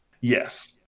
Yes